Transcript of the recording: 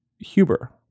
Huber